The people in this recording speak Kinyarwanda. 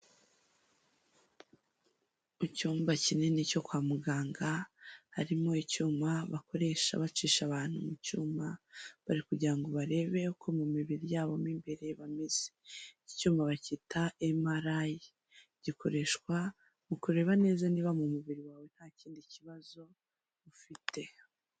Mu cyumba kinini cyo kwa muganga harimo icyuma bakoresha bacisha abantu mu cyuma bari kugira ngo barebe uko mu mibiri yabo mu imbere bameze, iki cyuma bakita emarayi, gikoreshwa mu kureba neza niba mu mubiri wawe nta kindi kibazo ufite.